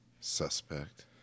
Suspect